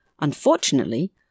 Unfortunately